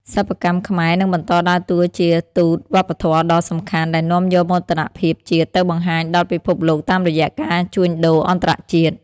សិប្បកម្មខ្មែរនឹងបន្តដើរតួជាទូតវប្បធម៌ដ៏សំខាន់ ដែលនាំយកមោទនភាពជាតិទៅបង្ហាញដល់ពិភពលោកតាមរយៈការជួញដូរអន្តរជាតិ។